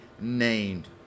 named